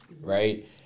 Right